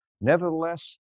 Nevertheless